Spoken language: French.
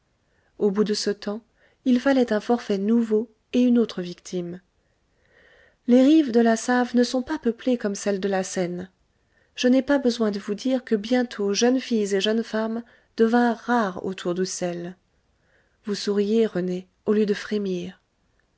au bout de ce temps il fallait un forfait nouveau et une autre victime les rives de la save ne sont pas peuplées comme celles de de seine je n'ai pas besoin de vous dire que bientôt jeunes filles et jeunes femmes devinrent rares autour d'uszel vous souriez rené au lieu de frémir